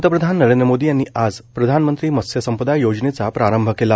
प्रधानमंत्री नरेंद्र मोदी यांनी आज प्रधानमंत्री मत्स्यसंपदा योजनेचा प्रारंभ केला